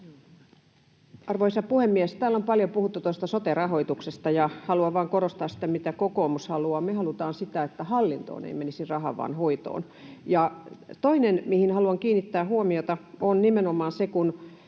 Arvoisa puhemies! Täällä on paljon puhuttu tuosta sote-rahoituksesta, ja haluan vain korostaa sitä, mitä kokoomus haluaa. Me halutaan sitä, että hallintoon ei menisi rahaa, vaan hoitoon. Ja toinen, mihin haluan kiinnittää huomiota, on nimenomaan se, kun